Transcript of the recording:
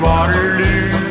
Waterloo